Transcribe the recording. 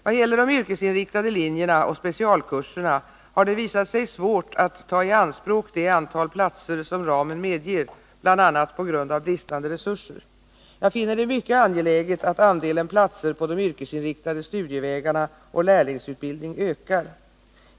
Vad gäller de yrkesinriktade linjerna och specialkurserna har det visat sig svårt att ta i anspråk det antal platser som ramen medger, bl.a. på grund av bristande resurser. Jag finner det mycket angeläget att andelen platser på de yrkesinriktade studievägarna och lärlingsutbildningen ökar.